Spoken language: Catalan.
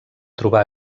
trobar